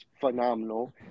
phenomenal